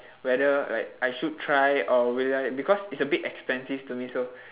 whether like I should try or whet~ I because it's a bit expensive to me so